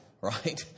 right